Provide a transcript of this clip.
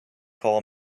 call